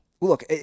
Look